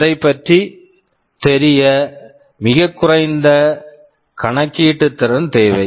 அதைப்பற்றி தெரிய மிகக் குறைந்த கணக்கீட்டு திறன் தேவை